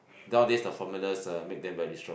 nowadays the formulas uh make them very strong